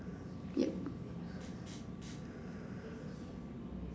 yup